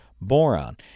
boron